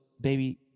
baby